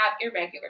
irregular